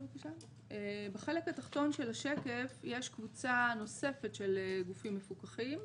בחלק התחתון של השקף יש פריצה נוספת של גופים מפוקחים.